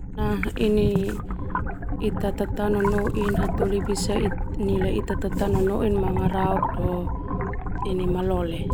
Nah ini ita tatao nonoin hataholi bisa nilai ita tatao nonoin mangarauk do malole.